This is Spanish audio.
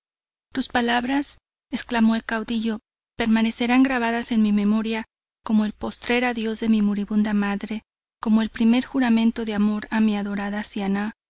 tus palabras exclamo el caudillo permanecerán grabadas en mi memoria como el postrer adiós de mi moribunda madre como el primer juramento de amor de mi adorada